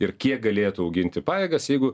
ir kiek galėtų auginti pajėgas jeigu